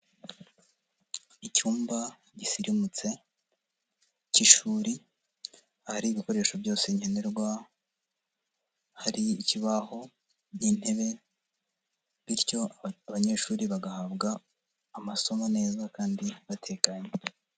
Icyumba gisirimutse cy'ishuri, ahari ibikoresho byose nkenerwa, hari ikibaho, nk'intebe, bityo abanyeshuri bagahabwa, amasomo neza kandi batekanye.